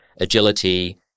agility